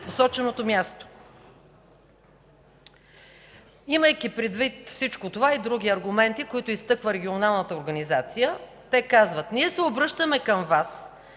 посоченото място”. Имайки предвид всичко това и други аргументи, които изтъква регионалната организация, те казват: „Ние се обръщаме към Вас